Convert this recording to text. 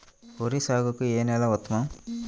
వరి సాగుకు ఏ నేల ఉత్తమం?